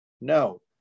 No